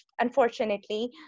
Unfortunately